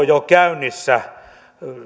jo käynnissä